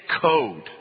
code